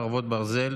חרבות ברזל)